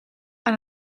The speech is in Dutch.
aan